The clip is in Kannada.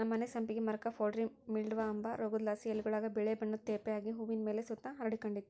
ನಮ್ಮನೆ ಸಂಪಿಗೆ ಮರುಕ್ಕ ಪೌಡರಿ ಮಿಲ್ಡ್ವ ಅಂಬ ರೋಗುದ್ಲಾಸಿ ಎಲೆಗುಳಾಗ ಬಿಳೇ ಬಣ್ಣುದ್ ತೇಪೆ ಆಗಿ ಹೂವಿನ್ ಮೇಲೆ ಸುತ ಹರಡಿಕಂಡಿತ್ತು